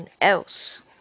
else